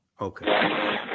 okay